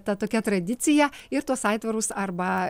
ta tokia tradicija ir tuos aitvarus arba